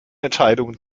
entscheidungen